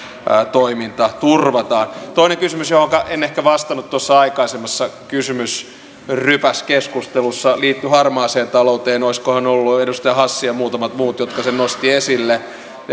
toiminta turvataan toinen kysymys johonka en ehkä vastannut tuossa aikaisemmassa kysymysrypäskeskustelussa liittyi harmaaseen talouteen olisikohan ollut edustaja hassi ja muutamat muut jotka sen nostivat esille